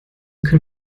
kann